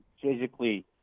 physically